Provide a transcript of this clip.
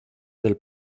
del